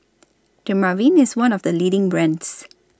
Dermaveen IS one of The leading brands